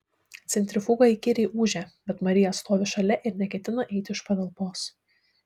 centrifuga įkyriai ūžia bet marija stovi šalia ir neketina eiti iš patalpos